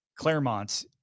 Claremont